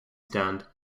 stand